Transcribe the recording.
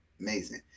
Amazing